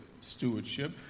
stewardship